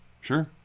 Sure